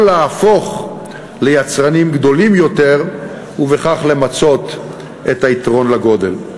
או להפוך ליצרנים גדולים יותר ובכך למצות את יתרון הגודל.